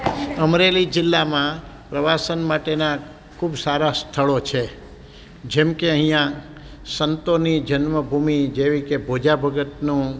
અમરેલી જીલ્લામાં પ્રવાસન માટેના ખૂબ સારા સ્થળો છે જેમકે અહીંયા સંતોની જન્મભૂમિ જેવી કે ભોજા ભગતનું